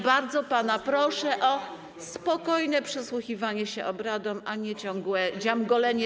Bardzo pana proszę o spokojne przysłuchiwanie się obradom, a nie ciągłe dziamgolenie.